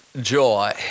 joy